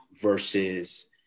versus